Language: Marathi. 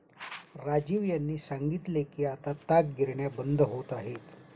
राजीव यांनी सांगितले की आता ताग गिरण्या बंद होत आहेत